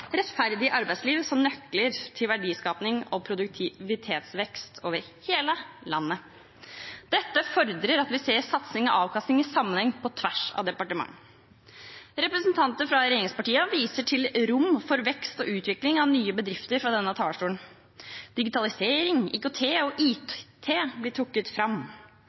rettferdig arbeidsliv som nøkler til verdiskaping og produktivitetsvekst over hele landet. Dette fordrer at vi ser satsing og avkastning i sammenheng og på tvers av departement. Representanter fra regjeringspartiene viser fra denne talerstolen til rom for vekst og utvikling av nye bedrifter. Digitalisering, IKT og IT blir trukket fram.